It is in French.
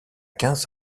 quinze